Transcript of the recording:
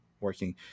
working